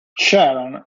sharon